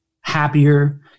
happier